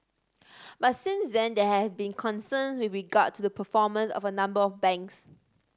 but since then there have been concerns with regard to the performance of a number of banks